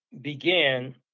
Began